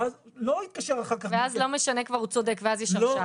ואז לא משנה כבר, הוא צודק ואז יש הרשעה.